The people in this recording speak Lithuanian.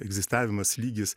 egzistavimas lygis